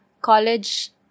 college